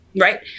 right